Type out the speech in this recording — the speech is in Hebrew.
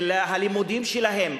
של הלימודים שלהם.